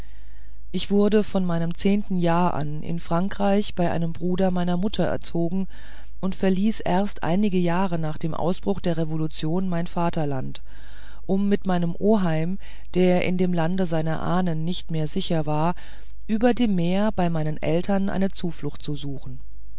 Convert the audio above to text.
ich wurde von meinem zehnten jahr an in frankreich bei einem bruder meiner mutter erzogen und verließ erst einige jahre nach dem ausbruch der revolution mein vaterland um mit meinem oheim der in dem lande seiner ahnen nicht mehr sicher war über dem meer bei meinen eltern eine zuflucht zu suchen